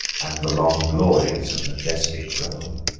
and the long glories of majestic rome.